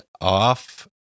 off